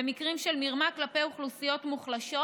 במקרים של מרמה כלפי אוכלוסיות מוחלשות,